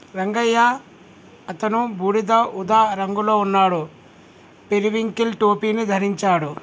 రంగయ్య అతను బూడిద ఊదా రంగులో ఉన్నాడు, పెరివింకిల్ టోపీని ధరించాడు